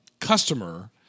customer